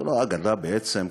זאת לא אגדה בעצם,